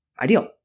Ideal